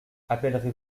appellerez